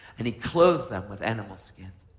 and he clothed them with animal skins.